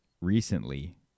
recently